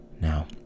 Now